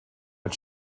but